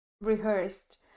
rehearsed